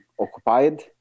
occupied